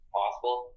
possible